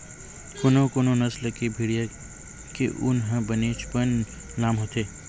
कोनो कोनो नसल के भेड़िया के ऊन ह बनेचपन लाम होथे